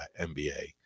MBA